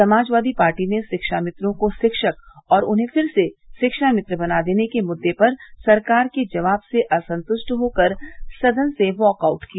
समाजवादी पार्टी ने शिक्षा मित्रों को शिक्षक और उन्हें फिर से शिक्षामित्र बना देने के मुद्दे पर सरकार के जवाब से असंतुष्ट होकर सदन से वाकआउट किया